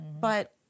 But-